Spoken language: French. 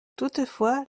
toutefois